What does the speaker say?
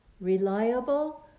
reliable